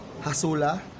hasula